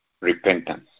repentance